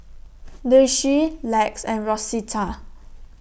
Daisye Lex and Rosita